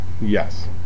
Yes